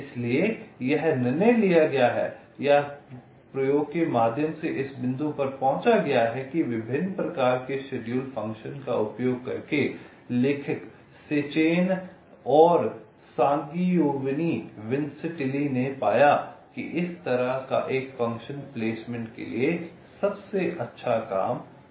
इसलिए यह निर्णय लिया गया है या प्रयोग के माध्यम से इस बिंदु पर पहुंचा गया है कि विभिन्न प्रकार के शेड्यूल फ़ंक्शन का उपयोग करके लेखक सेचेन और सांगियोवेनी विंसेंटेली ने पाया कि इस तरह का एक फ़ंक्शन प्लेसमेंट के लिए सबसे अच्छा काम करता है